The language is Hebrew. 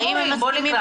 האם הם מסכימים איתך?